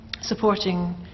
supporting